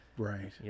Right